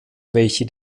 welche